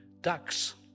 ducks